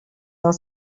del